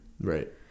right